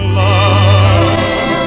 love